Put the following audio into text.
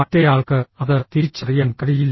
മറ്റേയാൾക്ക് അത് തിരിച്ചറിയാൻ കഴിയില്ല